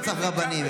לא צריך רבנים.